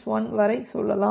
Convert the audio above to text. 1 வரை செல்லலாம்